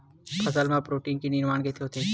फसल मा प्रोटीन के निर्माण कइसे होथे?